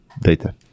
data